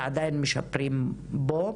ועדיין עושים בו שיפורים.